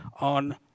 on